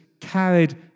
carried